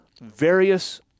Various